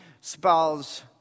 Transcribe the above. spells